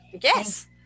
yes